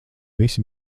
visi